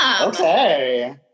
Okay